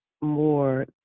more